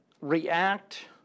react